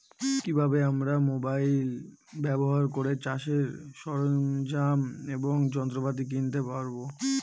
কি ভাবে আমরা মোবাইল ব্যাবহার করে চাষের সরঞ্জাম এবং যন্ত্রপাতি কিনতে পারবো?